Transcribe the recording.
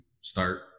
start